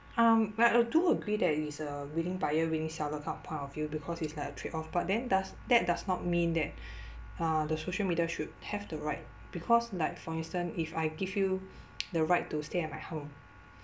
um like I do agree that it's a willing buyer willing seller kind of point of view because it's like a trade-off but then does that does not mean that uh the social media should have the right because like for instance if I give you the right to stay at my home